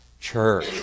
church